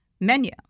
Menu